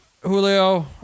Julio